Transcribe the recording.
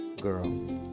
Girl